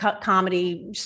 comedy